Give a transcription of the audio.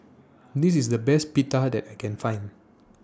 This IS The Best Pita that I Can Find